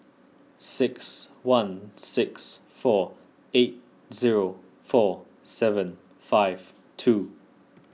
six one six four eight zero four seven five two